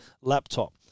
laptop